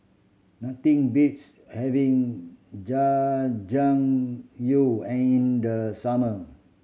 nothing beats having Jajangmyeon and in the summer